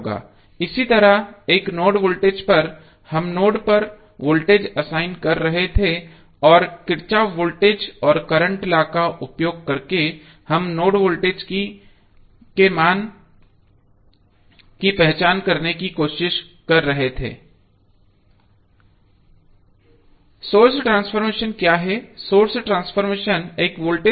इसी तरह एक नोड वोल्टेज हम नोड पर वोल्टेज असाइन कर रहे थे और किरचॉफ वोल्टेज और करंट लॉ का उपयोग करके हम नोड वोल्टेज के मान की पहचान करने की कोशिश कर रहे थे